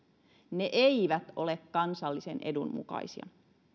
ne eivät ole kansallisen edun mukaisia